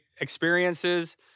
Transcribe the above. experiences